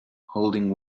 holding